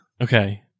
Okay